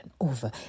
over